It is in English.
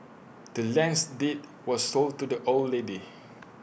the land's deed was sold to the old lady